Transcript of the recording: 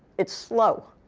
it's slow.